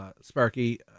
Sparky